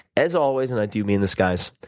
as always, and i do mean this guys,